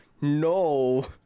no